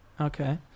Okay